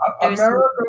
America